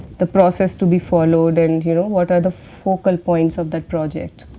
the process to be followed, and you know what are the focal points of that project.